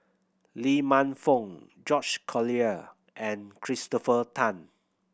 Lee Man Fong George Collyer and Christopher Tan